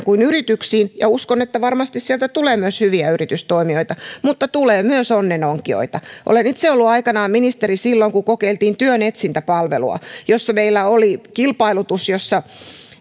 kuin yrityksiin ja uskon että varmasti sieltä tulee myös hyviä yritystoimijoita mutta tulee myös onnen onkijoita olen itse ollut aikanaan ministeri silloin kun kokeiltiin työn etsintäpalvelua jossa meillä oli kilpailutus jossa